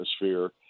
atmosphere